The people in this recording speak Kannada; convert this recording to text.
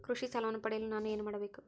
ಕೃಷಿ ಸಾಲವನ್ನು ಪಡೆಯಲು ನಾನು ಏನು ಮಾಡಬೇಕು?